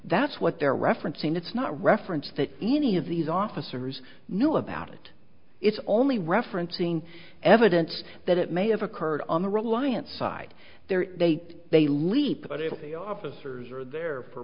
that's what they're referencing it's not reference that any of these officers knew about it it's only referencing evidence that it may have occurred on the reliance side there they they leap officers are there for